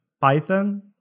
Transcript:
Python